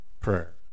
prayer